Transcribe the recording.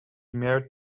married